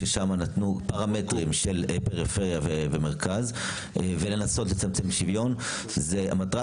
ששם נתנו פרמטרים של פריפריה ומרכז ולנסות לצמצמם אי-שוויון מטרת